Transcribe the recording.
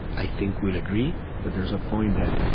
i think, will agree that there's a point that